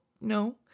no